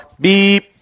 beep